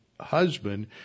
husband